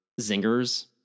zingers